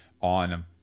on